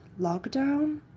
lockdown